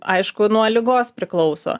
aišku nuo ligos priklauso